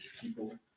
people